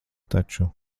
taču